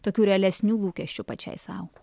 tokių realesnių lūkesčių pačiai sau